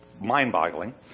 mind-boggling